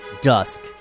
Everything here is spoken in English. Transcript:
dusk